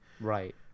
right